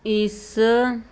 ਇਸ